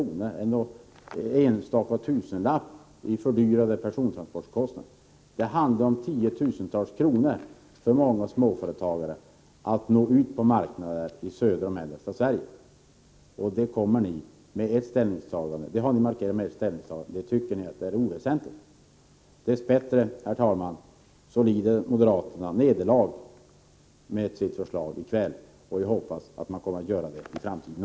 eller om någon enstaka tusenlapp i fördyrande persontransporter, utan det handlar om tiotusentals kronor för många småföretagare när det gäller att nå ut till marknader i södra och mellersta Sverige. Med ert ställningstagande har ni moderater markerat att ni tycker det är oväsentligt. Herr talman! Dess bättre lider moderaterna nederlag för sitt förslag i kväll, och vi hoppas att de kommer att göra det även i framtiden.